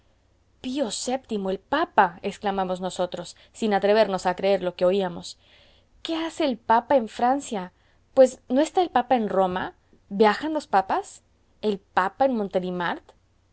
el papa oui monsieur le pape pie sept pío vii el papa exclamamos nosotros sin atrevernos a creer lo que oíamos qué hace el papa en francia pues no está el papa en roma viajan los papas el papa en